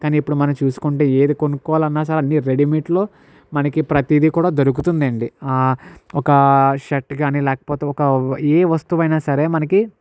కానీ ఇప్పుడు మనం చూసుకుంటే ఏది కొనుక్కోవాలన్న సరే అన్ని రెడీమేడ్లో మనకి ప్రతిదీ కూడా దొరుకుతుందండి ఒక షర్ట్ కాని లేకపోతే ఒక ఏ వస్తువైనా సరే మనకి